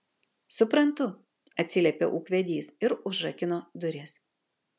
suprantu atsiliepė ūkvedys ir užrakino duris